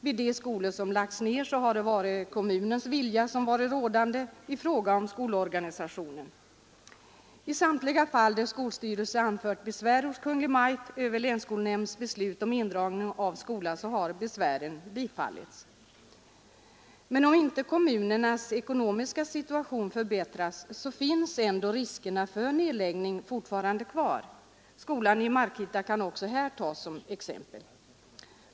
Vid de skolor som lagts ned är det kommunens vilja i fråga om skolorganisationen som fått bli rådande. I samtliga fall där skolstyrelse anfört besvär hos Kungl. Maj:t över länsskolnämndens beslut om indragning av skola har besvären bifallits. Men om inte kommunernas ekonomiska situation förbättras finns riskerna för nedläggning fortfarande kvar. Skolan i Markitta kan också här tas som exempel.